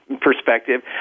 perspective